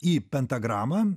į pentagramą